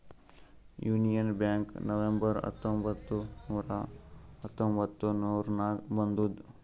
union Bank November ಹತ್ತೊಂಬತ್ತ್ ನೂರಾ ಹತೊಂಬತ್ತುರ್ನಾಗ್ ಬಂದುದ್